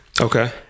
Okay